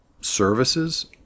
services